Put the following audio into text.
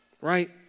Right